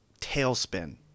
tailspin